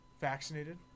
vaccinated